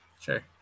Sure